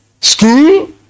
school